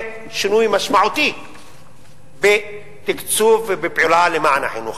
שינוי משמעותי בתקצוב ובפעולה למען החינוך.